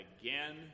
again